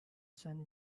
sun